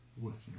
working